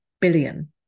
billion